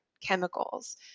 chemicals